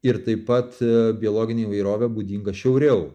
ir taip pat biologinė įvairovė būdinga šiauriau